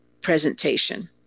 presentation